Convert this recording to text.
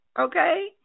okay